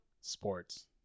sports